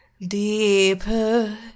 deeper